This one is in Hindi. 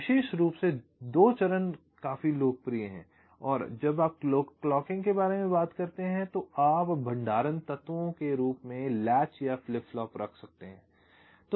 विशेष रूप से दो चरण काफी लोकप्रिय हैं और जब आप क्लॉकिंग के बारे में बात करते हैं तो आप भंडारण तत्वों के रूप में लैच या फ्लिप फ्लॉप रख सकते हैं